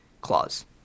clause